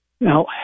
Now